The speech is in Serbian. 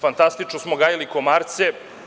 Fantastično smo gajili komarce.